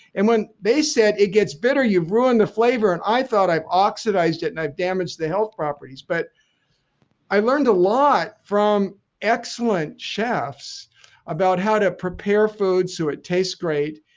and when they said it gets bitter you've ruined the flavor and i thought i've oxidized it and i've damaged the health properties but i learned a lot from excellent chefs about how to prepare food so it tastes great.